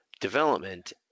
development